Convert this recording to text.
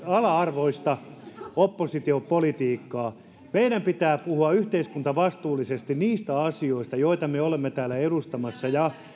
ala arvoista oppositiopolitiikkaa meidän pitää puhua yhteiskuntavastuullisesti niistä asioista joita me olemme täällä edustamassa ja